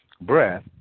breath